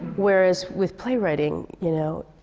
whereas with playwriting, you know,